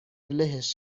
لهش